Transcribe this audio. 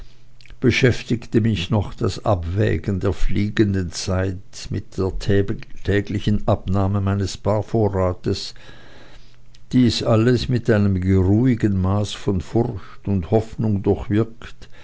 beschäftigte mich noch das abwägen der fliehenden zeit mit der täglichen abnahme meines barvorrates dies alles mit einem geruhigen maße von furcht und hoffnung